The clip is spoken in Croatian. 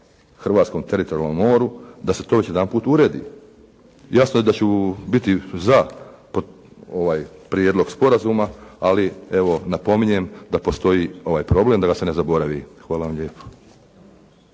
hrvatskom teritorijalnom moru da se to već jedanput uredi. Jasno je da ću biti za ovaj prijedlog sporazuma, ali evo napominjem da postoji ovaj problem, da ga se ne zaboravi. Evo, hvala vam lijepo.